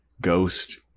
ghost